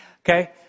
Okay